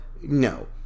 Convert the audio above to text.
no